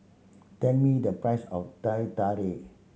tell me the price of Teh Tarik